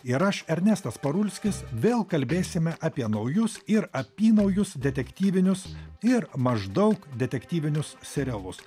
ir aš ernestas parulskis vėl kalbėsime apie naujus ir apynaujus detektyvinius ir maždaug detektyvinius serialus